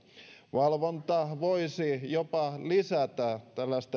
valvonta voisi jopa lisätä